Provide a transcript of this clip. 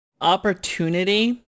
opportunity